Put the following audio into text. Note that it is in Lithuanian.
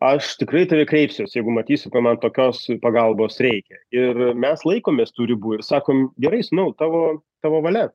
aš tikrai į tave kreipsiuos jeigu matysiu kad man tokios pagalbos reikia ir mes laikomės tų ribų ir sakom gerai sūnau tavo tavo valia